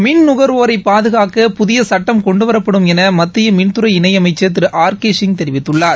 மின் நுகர்வோரை பாதுகாக்க புதிய சுட்டம் கொண்டுவரப்படும் என மத்திய மின்துறை இணை அமைச்சர் திரு ஆர் கே சிங் தெரிவித்துள்ளார்